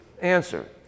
answer